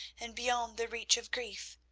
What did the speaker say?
and beyond the reach of grief.